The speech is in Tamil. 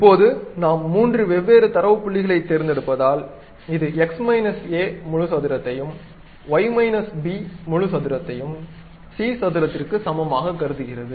இப்போது நாம் மூன்று வெவ்வேறு தரவு புள்ளிகளைத் தேர்ந்தெடுப்பதால் இது x மைனஸ் a முழு சதுரத்தையும் y மைனஸ் b முழு சதுரத்தையும் c சதுரத்திற்கு சமமாகக் கருதுகிறது